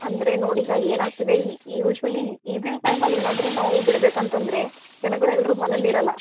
ಅಂದರೆ ನೋಡಿ ಈಗ ಏನಾಗ್ತಿದೆ ಈ ಯೂಶ್ವಲಿ ಇವ್ನಿಂಗ್ ಟೈಮಲ್ಲಿ ಏನಾದ್ರೂ ನಾವು ಬಿಡಬೇಕಂತಂದ್ರೆ ಜನಗಳು ಎಲ್ಲರೂ ಮನೇಲಿ ಇರೋಲ್ಲ